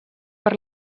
per